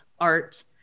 art